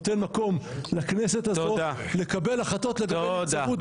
נותן מקום לכנסת לקבל החלטות לגבי נבצרות,